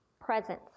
presence